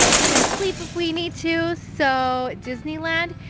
we can sleep if we need to, so disneyland,